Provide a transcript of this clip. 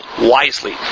wisely